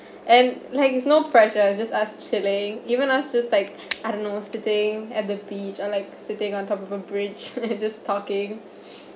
and like it's no pressure just us chilling even us just like I don't know sitting at the beach or like sitting on top of a bridge just talking